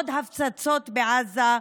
עוד הפצצות בעזה,